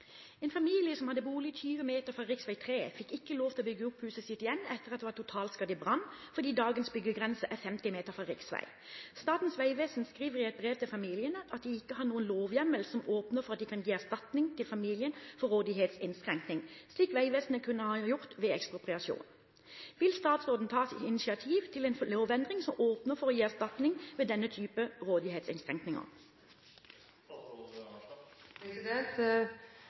i brann fordi dagens byggegrense er 50 meter fra riksvei. Statens vegvesen skriver i et brev til familien at de ikke har noen lovhjemmel som åpner for at de kan gi erstatning til familien for rådighetsinnskrenkningen, slik Vegvesenet kunne ha gjort ved ekspropriasjon. Vil statsråden ta initiativ til en lovendring som åpner for å gi erstatning ved denne